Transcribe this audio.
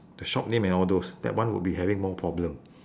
the shop name and all those that one will be having more problem